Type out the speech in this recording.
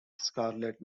scarlet